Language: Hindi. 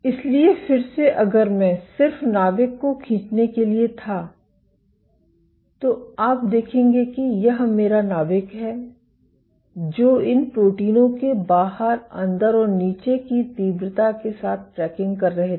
इसलिए फिर से अगर मैं सिर्फ नाभिक को खींचने के लिए था तो आप देखें कि यह मेरा नाभिक है जो इन प्रोटीनों के बाहर अंदर और नीचे की तीव्रता के बाहर ट्रैकिंग कर रहे थे